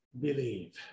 believe